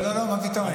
לא, מה פתאום.